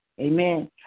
amen